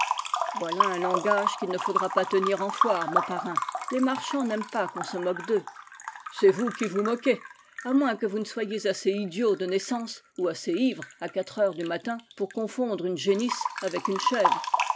voilà un langage qu'il ne faudra pas tenir en foire mon parrain les marchands n'aiment pas qu'on se mo que d'eux c'est vous qui vous moquez à moins que vous ne soyez assez idiot de naissance ou assez ivre à quatre heures du matin pour confondre une génisse avec une chèvre